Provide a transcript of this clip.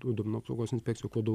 tų duomenų apsaugos inspekcijų kuo dau